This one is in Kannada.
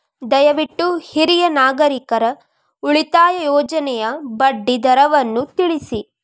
ದಯವಿಟ್ಟು ಹಿರಿಯ ನಾಗರಿಕರ ಉಳಿತಾಯ ಯೋಜನೆಯ ಬಡ್ಡಿ ದರವನ್ನು ತಿಳಿಸಿ